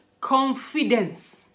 confidence